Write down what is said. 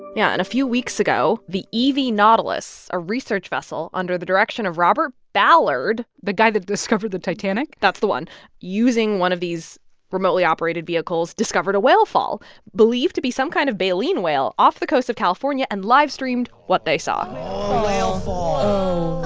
yeah. and a few weeks ago, the e v nautilus, a research vessel under the direction of robert ballard. the guy that discovered the titanic? that's the one using one of these remotely operated vehicles discovered a whale fall believed to be some kind of baleen whale off the coast of california and livestreamed what they saw a whale fall oh,